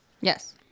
Yes